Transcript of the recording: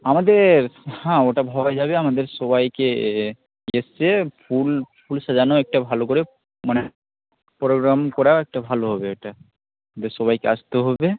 আমাদের হ্যাঁ ওটা ভাবা যাবে আমাদের সবাইকে এ এসে ফুল ফুল সাজানো একটা ভালো করে মানে প্রোগ্রাম করা একটা ভালো হবে ওইটা যে সবাইকে আসতে হবে